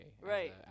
Right